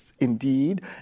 Indeed